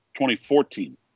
2014